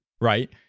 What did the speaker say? right